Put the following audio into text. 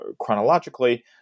chronologically